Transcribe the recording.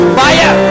fire